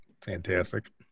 fantastic